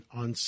on